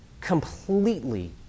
completely